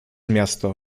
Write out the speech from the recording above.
miasto